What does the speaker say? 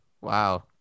Wow